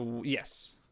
Yes